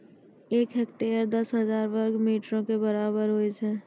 एक हेक्टेयर, दस हजार वर्ग मीटरो के बराबर होय छै